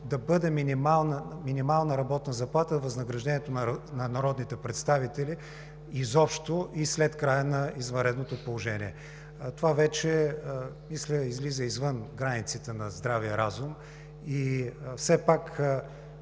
да бъде минималната работна заплата възнаграждението на народните представители изобщо, и след края на извънредното положение. Това вече излиза извън границите на здравия разум. Все пак